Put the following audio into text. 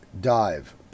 dive